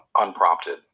unprompted